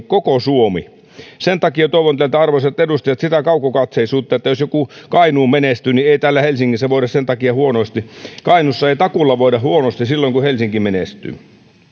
koko suomi sen takia toivon teiltä arvoisat edustajat sitä kaukokatseisuutta että jos joku kainuu menestyy niin ei täällä helsingissä voida sen takia huonosti kainuussa ei takuulla voida huonosti silloin kun helsinki menestyy